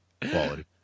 Quality